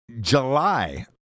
July